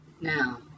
now